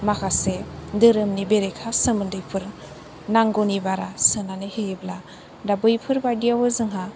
माखासे धोरोमनि बेरेखा सोमोन्दैफोर नांगौनि बारा सोनानै होयोब्ला दा बैफोर बायदि आव जोंहा